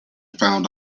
found